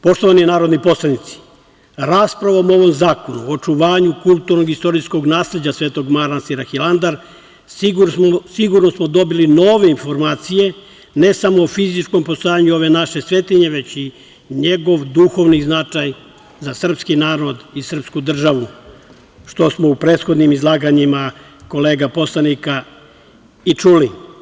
Poštovani narodni poslanici, raspravom o ovom Zakonu o očuvanju kulturnog i istorijskog nasleđa Svetog manastira Hilandar sigurno smo dobili nove informacije, ne samo o fizičkom postojanju ove naše svetinje, već i njegov duhovni značaj za srpski narod i srpsku državu, što smo u prethodnim izlaganjima kolega poslanika i čuli.